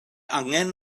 angen